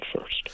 first